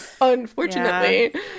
unfortunately